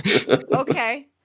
Okay